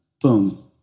boom